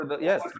Yes